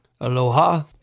Aloha